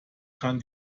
kann